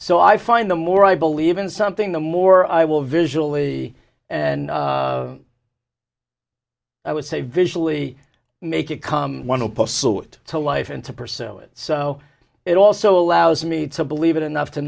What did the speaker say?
so i find the more i believe in something the more i will visually and i would say visually make it come to life and to pursue it so it also allows me to believe in enough to